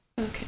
Okay